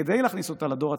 כדי להכניס אותה לדור הצעיר.